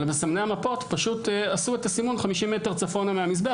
אבל מסמני המפות פשוט עשו את הסימון 50 מטר צפונה מהמזבח